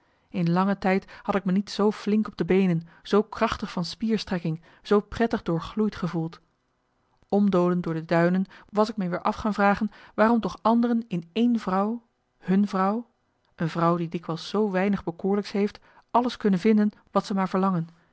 in lange tijd had ik me niet zoo flink op de beenen zoo krachtig van spierstrekking zoo prettig doorgloeid gevoeld omdolend door de duinen was ik me weer af gaan vragen waarom toch anderen in één vrouw hun vrouw een vrouw die dikwijls zoo weinig bekoorlijks heeft alles kunnen vinden wat ze maar verlangen